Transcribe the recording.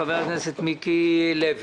בבקשה, חבר הכנסת מיקי לוי.